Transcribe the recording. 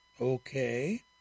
Okay